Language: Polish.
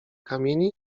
kamieni